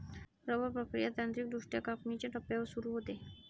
rubber प्रक्रिया तांत्रिकदृष्ट्या कापणीच्या टप्प्यावर सुरू होते